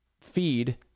feed